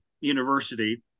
university